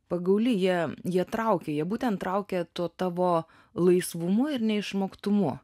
pagauli jie jie traukė jie būtent traukia tuo tavo laisvumu ir neišmoktumu